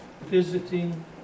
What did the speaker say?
visiting